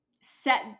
set